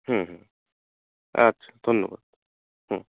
হুম হুম আচ্ছা ধন্যবাদ হুম